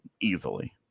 easily